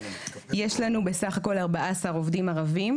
יש לנו בסך הכל 14 עובדים ערבים.